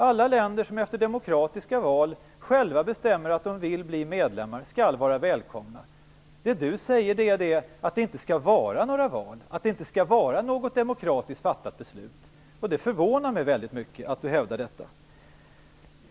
Alla länder som efter demokratiska val själva bestämmer att de vill bli medlemmar skall vara välkomna. Det Yvonne Sandberg-Fries säger är att det inte skall vara några val och att det inte skall vara något demokratiskt fattat beslut. Det förvånar mig väldigt mycket att hon hävdar detta.